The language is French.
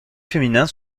féminins